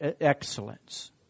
excellence